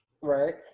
Right